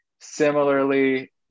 Similarly